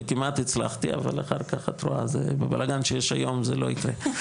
וכמעט הצלחתי, אבל בבלגן שיש היום זה לא יקרה.